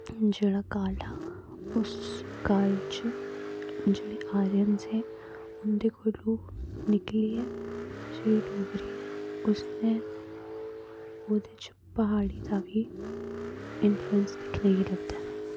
जेह्ड़ा काल हा उस काल च ओह् जेह्ड़े आर्यन्स हे उंदे कोला निकलिये ते जेह्ड़ी डोगरी ऐ उसलै ओह्दे च प्हाड़ी दा बी इन्फ्लुएंस दिक्खने गी लभदा ऐ